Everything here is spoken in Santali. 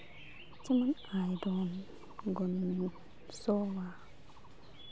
ᱡᱮᱢᱚᱱ ᱟᱭᱨᱚᱱ ᱥᱚᱣᱟ